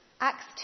Acts